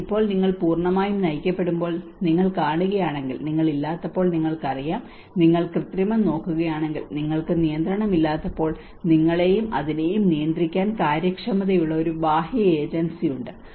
എന്നാൽ ഇപ്പോൾ നിങ്ങൾ അത് പൂർണ്ണമായും നയിക്കപ്പെടുമ്പോൾ നിങ്ങൾ കാണുകയാണെങ്കിൽ നിങ്ങൾക്ക് ഇല്ലാത്തപ്പോൾ നിങ്ങൾക്കറിയാം നിങ്ങൾ കൃത്രിമം നോക്കുകയാണെങ്കിൽ നിങ്ങൾക്ക് നിയന്ത്രണമില്ലാത്തപ്പോൾ നിങ്ങളെയും അതിനെയും നിയന്ത്രിക്കാൻ കാര്യക്ഷമതയുള്ള ഒരു ബാഹ്യ ഏജൻസി ഉണ്ട്